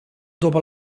dopo